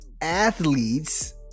Athletes